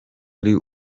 ari